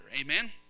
Amen